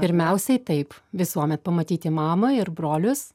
pirmiausiai taip visuomet pamatyti mamą ir brolius